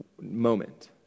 moment